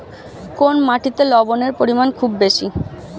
কোন মাটিতে লবণের পরিমাণ খুব বেশি?